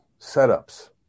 setups